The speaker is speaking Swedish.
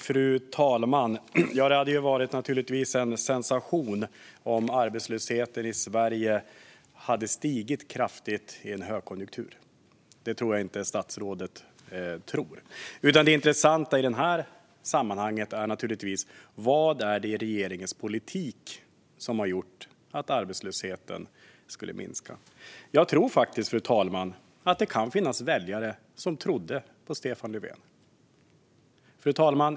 Fru talman! Det hade naturligtvis varit en sensation om arbetslösheten i Sverige hade stigit kraftigt i en högkonjunktur. Jag tror inte att det är detta som statsrådet menar. Men det intressanta i det här sammanhanget är naturligtvis: Vad är det i regeringens politik som har gjort att arbetslösheten skulle minska? Jag tror faktiskt att det kan finnas väljare som trodde på Stefan Löfven.